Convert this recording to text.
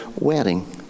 wedding